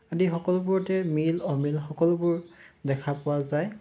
আদি সকলোবোৰতে মিল অমিল সকলোবোৰ দেখা পোৱা যায়